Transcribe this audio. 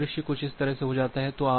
तो परिदृश्य कुछ इस तरह हो जाता है